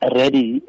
ready